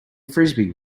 frisbee